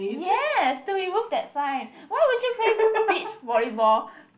yes so we moved that sign why would you play beach volleyball